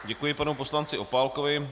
Děkuji panu poslanci Opálkovi.